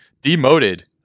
demoted